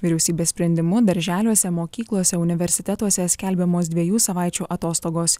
vyriausybės sprendimu darželiuose mokyklose universitetuose skelbiamos dviejų savaičių atostogos